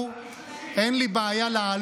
מה קשקושים?